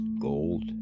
gold